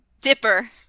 Dipper